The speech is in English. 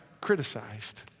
criticized